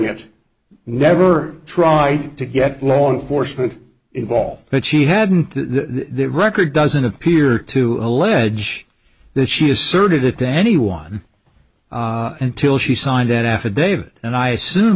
it never tried to get law enforcement involved that she hadn't the record doesn't appear to allege that she asserted it to anyone until she signed an affidavit and i assume